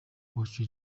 uwacu